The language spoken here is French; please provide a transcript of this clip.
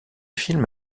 film